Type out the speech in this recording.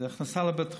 זאת הכנסה לבית החולים.